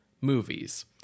movies